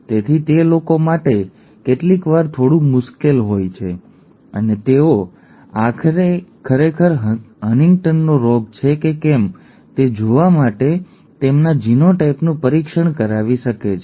તેથી તે લોકો માટે કેટલીકવાર થોડું મુશ્કેલ હોય છે અને તેઓ ખરેખર હન્ટિંગ્ટનનો રોગ છે કે કેમ તે જોવા માટે તેમના જીનોટાઈપનું પરીક્ષણ કરાવી શકે છે